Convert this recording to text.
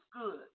good